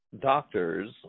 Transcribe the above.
doctors